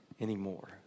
anymore